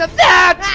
but that.